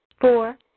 Four